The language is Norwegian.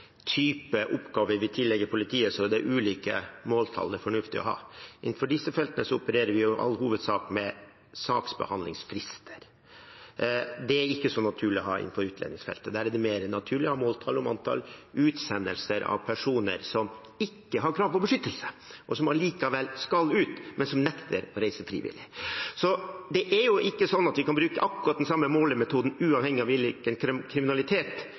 type oppgave vi tillegger politiet, er det ulike måltall det er fornuftig å ha. Innenfor disse feltene opererer vi i all hovedsak med saksbehandlingsfrister. Det er det ikke så naturlig å ha innenfor utlendingsfeltet, der er det mer naturlig å ha måltall for antall utsendelser av personer som ikke har krav på beskyttelse, og som allikevel skal ut, men som nekter å reise frivillig. Så vi kan ikke bruke akkurat den samme målemetoden, uavhengig av hvilken kriminalitet